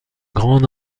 grande